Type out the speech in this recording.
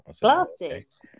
Glasses